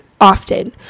often